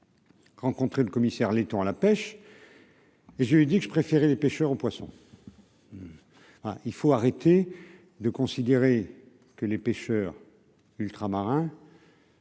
rencontré le commissaire letton à la pêche. J'ai dit que je préférais les pêcheurs au poisson. Ah, il faut arrêter de considérer que les pêcheurs ultramarins.